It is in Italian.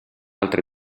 altre